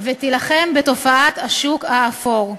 ותילחם בתופעת השוק האפור.